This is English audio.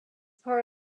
part